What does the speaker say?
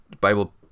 Bible